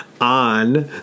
on